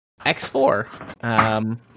X4